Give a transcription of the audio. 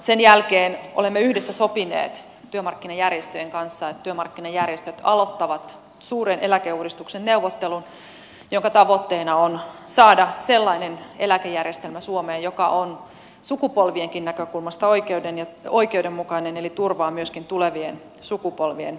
sen jälkeen olemme yhdessä sopineet työmarkkinajärjestöjen kanssa että työmarkkinajärjestöt aloittavat neuvottelun suuresta eläkeuudistuksesta jonka tavoitteena on saada sellainen eläkejärjestelmä suomeen joka on tulevienkin sukupolvien näkökulmasta oikeudenmukainen eli turvaa myöskin tulevien sukupolvien eläkelupauksen